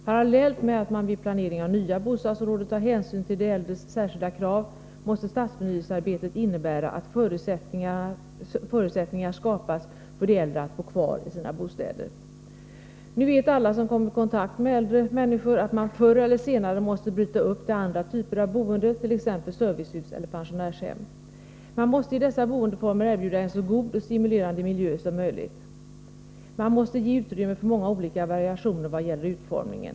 Parallellt med att man vid planering av nya bostadsområden tar hänsyn till de äldres särskilda krav måste stadsförnyelsearbetet innebära att förutsättningar skapas för de äldre, så att de kan bo kvar i sina bostäder. Alla som kommer i kontakt med äldre människor vet att de förr eller senare måste bryta upp och välja andra typer av boende, t.ex. servicehus eller pensionärshem. I fråga om dessa boendeformer måste man erbjuda en så god och så stimulerande miljö som möjligt. Man måste ge utrymme för många olika variationer vad gäller utformningen.